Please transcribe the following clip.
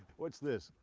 what's this?